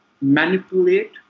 manipulate